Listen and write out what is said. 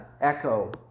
echo